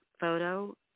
photo